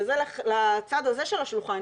וזה לצד הזה של השולחן,